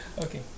Okay